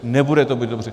Nebude to dobře.